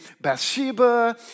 Bathsheba